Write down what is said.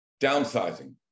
Downsizing